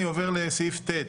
ט.